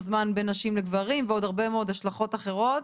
זמן בין נשים לגברים ועוד הרבה מאוד השלכות אחרות.